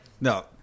no